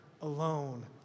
alone